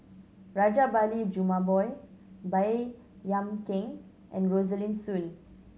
Rajabali Jumabhoy Baey Yam Keng and Rosaline Soon